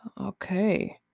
okay